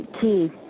key